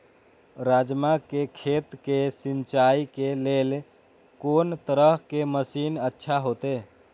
राजमा के खेत के सिंचाई के लेल कोन तरह के मशीन अच्छा होते?